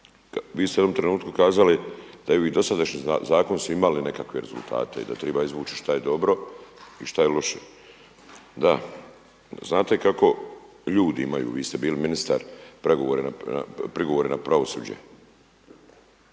vi ste u jednom trenutku kazali da i dosadašnji zakoni su imali nekakve rezultate i da treba izvući šta je dobro i šta je loše. Da, znate kako ljudi imaju, vi ste bili ministar, prigovore na pravosuđe,